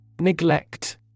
Neglect